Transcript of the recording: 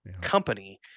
company